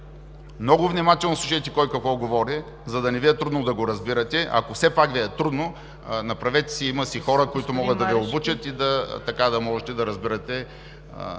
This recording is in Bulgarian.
Много внимателно слушайте кой какво говори, за да не Ви е трудно да го разбирате, а ако все пак Ви е трудно – има си хора, които могат да Ви обучат и така да можете да разбирате